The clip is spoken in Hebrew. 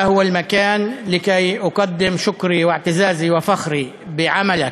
להלן תרגומם: זה הוא המקום להביע את תודתי וגאוותי על העבודה שלך,